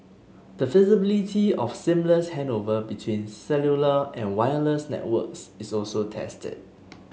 the feasibility of seamless handover between cellular and wireless networks is also tested